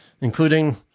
including